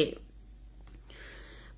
राहत कार्य